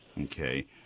Okay